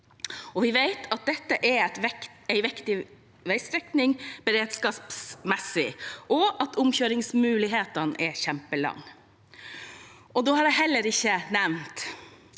Vi vet at dette er en viktig veistrekning beredskapsmessig, og at omkjøringsmulighetene er kjempelange. Da har jeg heller ikke nevnt